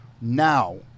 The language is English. now